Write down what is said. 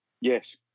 yes